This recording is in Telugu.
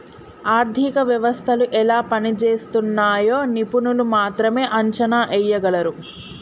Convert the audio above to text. ఆర్థిక వ్యవస్థలు ఎలా పనిజేస్తున్నయ్యో నిపుణులు మాత్రమే అంచనా ఎయ్యగలరు